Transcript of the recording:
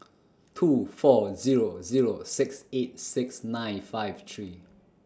two four Zero Zero six eight six nine five three